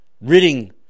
Ridding